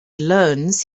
learns